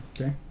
Okay